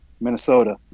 Minnesota